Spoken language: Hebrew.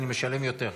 אני משלם יותר.